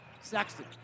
Sexton